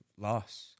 loss